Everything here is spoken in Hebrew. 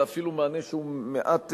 ואפילו מענה שהוא מעט,